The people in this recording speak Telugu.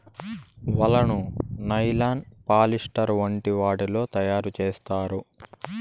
వలను నైలాన్, పాలిస్టర్ వంటి వాటితో తయారు చేత్తారు